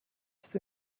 ist